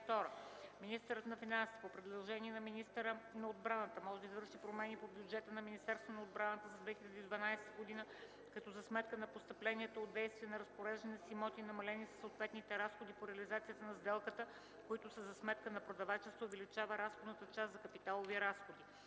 Министърът на финансите по предложение на министъра на отбраната може да извърши промени по бюджета на Министерството на отбраната за 2012 г., като за сметка на постъпленията от действия на разпореждане с имоти, намалени със съответните разходи по реализацията на сделката, които са за сметка на продавача, се увеличава разходната част за капиталови разходи.